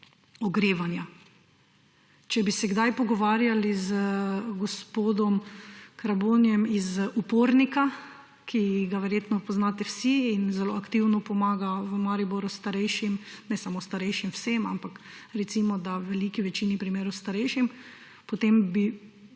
ogrevanja. Če bi se kdaj pogovarjali z gospodom Krabonjem iz Upornika, ki ga verjetno poznate vsi in zelo aktivno pomaga v Mariboru starejšim, ne samo starejšim, vsem, ampak recimo, da v veliki večini primerov starejšim, potem bi